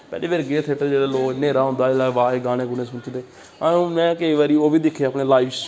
पैह्ली बारी गे हे थियेटर च लोग न्हेरा होंदा जिसलै अवाज़ गाने गूने सुनचदे में केईं बारी ओह् बी दिक्खी अपने लाईव